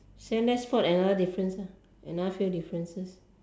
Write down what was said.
let's spot another difference ah another few differences